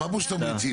שמענו שיש תמריצים.